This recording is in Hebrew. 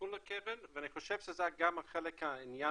לניהול הקרן ואני חושב שזה גם חלק מהעניין